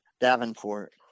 Davenport